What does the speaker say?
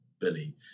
Billy